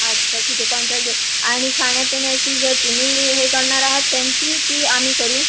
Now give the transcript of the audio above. अच्छा ठीक आहे कॉन्ट्रॅक्ट देऊन आणि खाण्यापिण्याची जर तुम्ही हे करणार आहात त्यांची की आम्ही करू